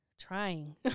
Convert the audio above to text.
trying